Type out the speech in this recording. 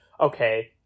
okay